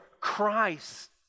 Christ